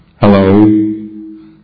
Hello